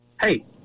Hey